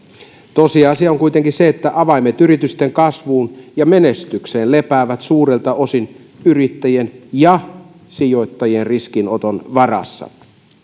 tosiasia on kuitenkin se että avaimet yritysten kasvuun ja menestykseen lepäävät suurelta osin yrittäjien ja sijoittajien riskinoton varassa